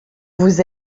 vous